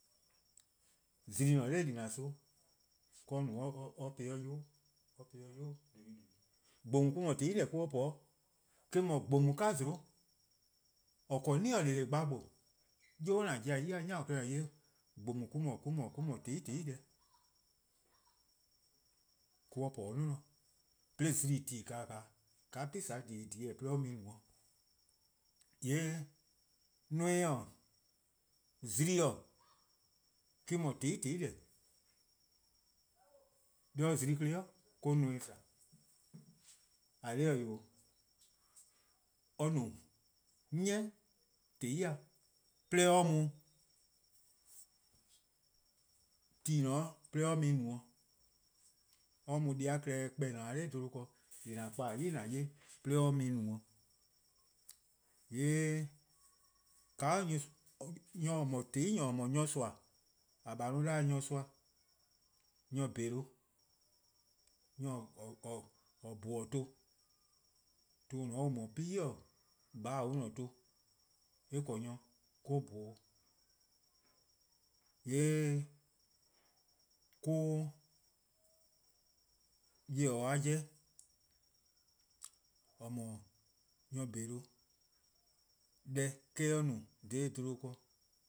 Zimi :ne nor :dila: son-', :kaa or no or pu-ih 'de yubo' worn, or po-ih 'de yobo'worn :bhubu: :dhubu:, :gbomor mor-: no :zai' deh or po 'de, eh-: 'dhu :gbomor-'ka-zluhuh:, :or 'ble 'ni :or :dele: gbabo:. Yobo' :an pobo-a ya, 'ni-a klehkpeh :an 'ye-a :gbomor mo-: no :tehn 'i :tehn 'i deh or po 'o 'nior. 'de zimi: :en :dhie:-a 'o :ka :bhehneh' :dhie:-a :en :dhie:-a 'o 'de or mu-ih no-'. :yee' nimi-:, zimi-:, :me-: no :tehn 'i :tehn 'i deh. 'De zimi 'de 'de nimi tba. :eh :korn dhih-eh wee', or no 'ni :zai' 'de or mu tu+ :en :ne-a 'o 'de or mu-ih no. 'de or mu deh-a klehkpeh :en :ne-a dha 'bluhba ken :an kpa-a 'yli-eh :an 'ye-a 'de or mu no-'. :yee' nyor :or :mor :tehn 'i nyor :or 'dhu-a nyorsoa, :a :bai'-a da-dih-a nyorsoa, nyor-bholuh' nyor or :bhuh-or tuh, tuh :dao' an da-dih-a pi-: 'dekorn: :baa'-: an-' tuh, on 'ble nyor or-: bhuh-uh. :yee' 'de nyor-kpalu-a 'jeh :or 'dhu-a nyor-bholuh deh eh-: on no dha 'bluhba ken.